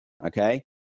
Okay